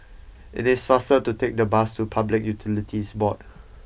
it is faster to take the bus to Public Utilities Board